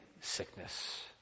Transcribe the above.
sickness